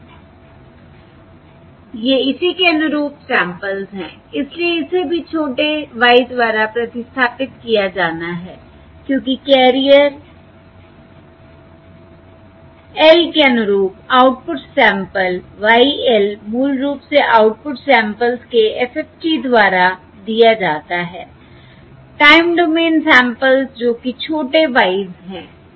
ये इसी के अनुरूप सैंपल्स हैं इसलिए इसे भी छोटे y द्वारा प्रतिस्थापित किया जाना है क्योंकि कैरियर l के अनुरूप आउटपुट सैंपल Y l मूल रूप से आउटपुट सैंपल्स के FFT द्वारा दिया जाता है टाइम डोमेन सैंपल्स जो कि छोटे y s हैं ठीक हैं